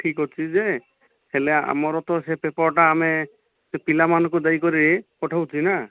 ଠିକ ଅଛି ଯେ ହେଲେ ଆମର ତ ସେ ପେପରଟା ଆମେ ସେ ପିଲାମାନଙ୍କୁ ଦେଇକରି ପଠାଉଛି ନା